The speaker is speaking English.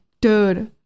Dude